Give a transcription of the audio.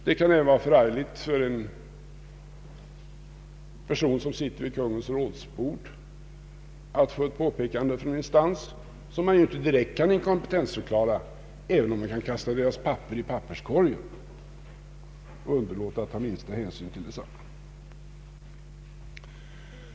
Det kan vara förargligt även för en person som sitter vid kungens rådsbord att få ett påpekande från en instans som man inte direkt kan inkompetensförklara, även om man kan kasta dess papper i papperskorgen och underlåta att ta minsta hänsyn till dem.